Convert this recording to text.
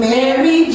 Mary